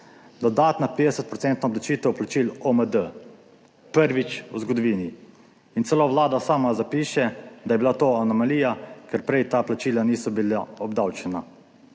procentna obdavčitev plačil OMD prvič v zgodovini in celo Vlada sama zapiše, da je bila to anomalija, ker prej ta plačila niso bila obdavčena.